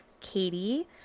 Katie